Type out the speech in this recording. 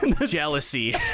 Jealousy